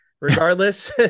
regardless